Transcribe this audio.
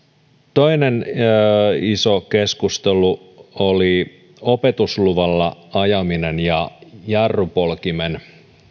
toinen iso keskustelu oli opetusluvalla ajaminen ja jarrupolkimen